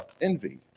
envy